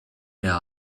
mehr